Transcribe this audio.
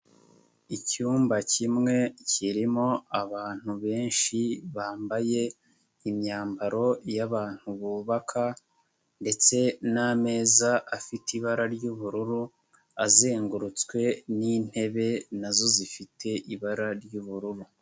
Icyumba kimwe kirimo abantu benshi bambaye imyambaro y'abantu bubaka ndetse n'ameza afite ibara ry'ubururu, azengurutswe n'intebe na zo zifite ibara ry'ubururu.